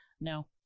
no